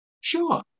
Sure